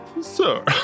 sir